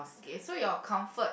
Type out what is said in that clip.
okay so your comfort